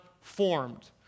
formed